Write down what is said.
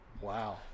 Wow